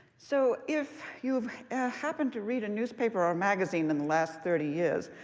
so if you've happened to read a newspaper or magazine in the last thirty years,